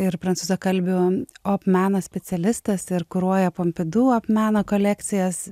ir prancūzakalbių op meno specialistas ir kuruoja pompidu meno kolekcijas